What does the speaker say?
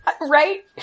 Right